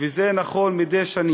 וזה שנים.